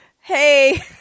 hey